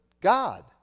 God